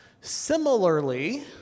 Similarly